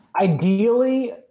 Ideally –